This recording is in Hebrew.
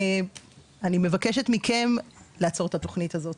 אני מבקשת מכם לעצור את התוכנית הזאת